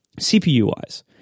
CPU-wise